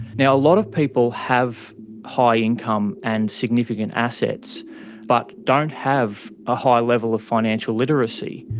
yeah a lot of people have high income and significant assets but don't have a high level of financial literacy.